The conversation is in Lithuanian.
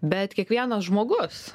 bet kiekvienas žmogus